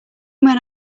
men